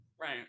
Right